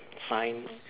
sign